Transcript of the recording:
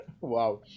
Wow